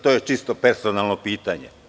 To je čisto personalno pitanje.